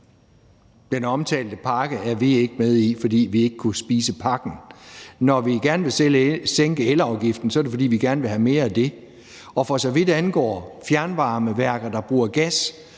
Den omtalte pakke er vi ikke med i, fordi vi ikke kunne spise pakken. Når vi gerne vil sænke elafgiften, er det, fordi vi gerne vil have mere af det. Og for så vidt angår fjernvarmeværker, der bruger gas,